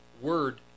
word